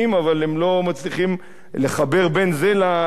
אבל הם לא מצליחים לחבר את זה למסקנה.